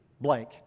blank